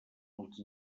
els